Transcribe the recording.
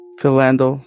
Philando